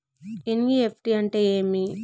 NEFT అంటే ఏమి